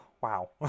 Wow